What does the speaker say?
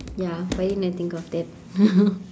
ya why didn't I think of that